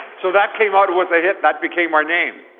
so that came out was a hit, that became our name.